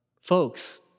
folks